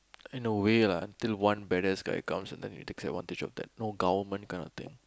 in a way lah until one badass guy comes and then he takes advantage of that no government kind of thing